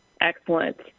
Excellent